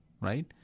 right